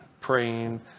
praying